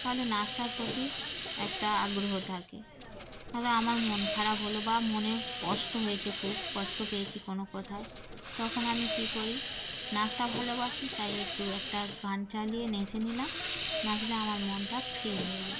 তাহলে নাচটার প্রতি একটা আগ্রহ থাকে ধরো আমার মন খারাপ হলো বা মনে কষ্ট হয়েছে খুব কষ্ট পেয়েছি কোনো কোথায় তখন আমি কী করি নাচটা ভালোবাসি তাই একটু একটা গান চালিয়ে নেচে নিলাম নাচলে আমার মনটা ফ্রি হয়ে যায়